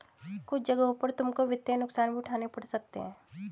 कुछ जगहों पर तुमको वित्तीय नुकसान भी उठाने पड़ सकते हैं